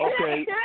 Okay